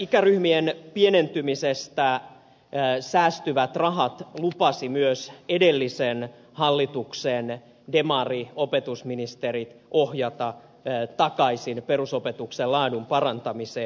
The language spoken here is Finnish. ikäryhmien pienentymisestä säästyvät rahat lupasivat myös edellisen hallituksen demariopetusministerit ohjata takaisin perusopetuksen laadun parantamiseen